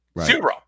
Zero